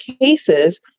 cases